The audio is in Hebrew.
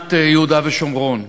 מדינת יהודה ושומרון,